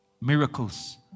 Miracles